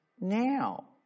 now